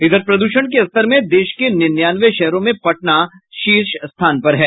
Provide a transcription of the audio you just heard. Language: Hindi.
इधर प्रद्षण के स्तर में देश के निन्यानवे शहरों में पटना शीर्ष स्थान पर है